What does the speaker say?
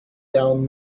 down